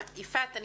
יפעת,